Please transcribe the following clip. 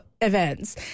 events